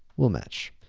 will-match.